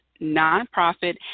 nonprofit